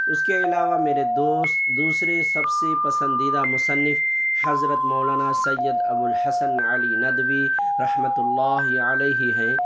اس کے علاوہ میرے دوست دوسرے سب سے پسندیدہ مصنف حضرت مولانا سید ابوالحسن علی ندوی رحمۃ اللہ علیہ ہیں